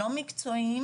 לא מקצועיים